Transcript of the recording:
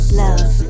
love